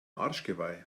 arschgeweih